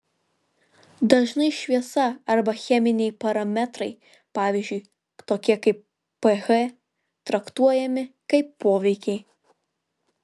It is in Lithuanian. dažnai šviesa arba cheminiai parametrai pavyzdžiui tokie kaip ph traktuojami kaip poveikiai